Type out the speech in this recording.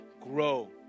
Grow